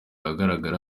ahagaragara